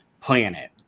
planet